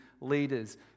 leaders